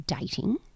dating